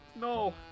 No